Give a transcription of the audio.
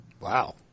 Wow